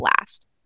last